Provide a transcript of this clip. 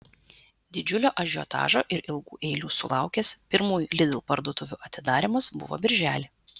didžiulio ažiotažo ir ilgų eilių sulaukęs pirmųjų lidl parduotuvių atidarymas buvo birželį